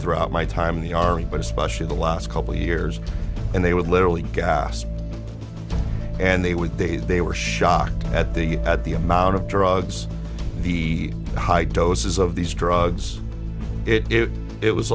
throughout my time in the army but especially the last couple years and they would literally gasp and they would they they were shocked at the at the amount of drugs the high doses of these drugs it it